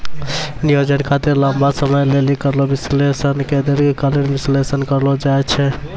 नियोजन खातिर लंबा समय लेली करलो विश्लेषण के दीर्घकालीन विष्लेषण कहलो जाय छै